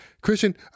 Christian